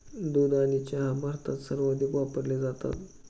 दूध आणि चहा भारतात सर्वाधिक वापरले जातात